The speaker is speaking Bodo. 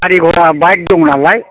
गारि घरा बाइक दं नालाय